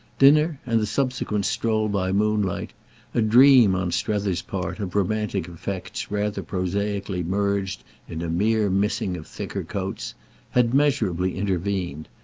dinner and the subsequent stroll by moonlight a dream, on strether's part, of romantic effects rather prosaically merged in a mere missing of thicker coats had measurably intervened,